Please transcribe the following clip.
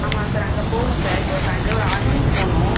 ஆமாம் சார் அங்கே போகனும் சார் இப்போ சாய்ந்தரம் ஒரு ஆறு மணிக்கு போகணும்